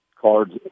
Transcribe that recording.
cards